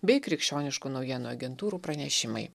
bei krikščioniškų naujienų agentūrų pranešimai